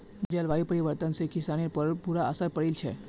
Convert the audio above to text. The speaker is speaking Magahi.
जलवायु परिवर्तन से किसानिर पर बुरा असर पौड़ील छे